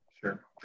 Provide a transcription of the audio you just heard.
sure